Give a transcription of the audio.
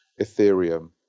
Ethereum